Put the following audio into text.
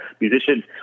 musicians